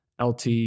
LT